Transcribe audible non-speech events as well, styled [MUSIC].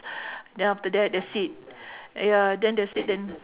[BREATH] then after that that's it yeah then that's it then